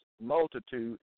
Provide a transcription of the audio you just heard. multitude